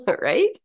right